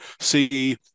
see